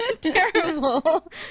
terrible